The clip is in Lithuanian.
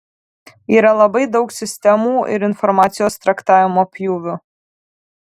yra labai daug sistemų ir informacijos traktavimo pjūvių